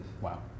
Wow